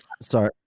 Sorry